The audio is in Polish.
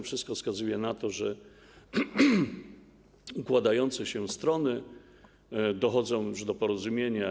Wszystko wskazuje na to, że układające się strony dochodzą już do porozumienia.